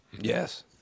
Yes